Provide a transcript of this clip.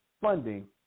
funding